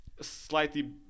slightly